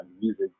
music